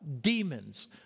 demons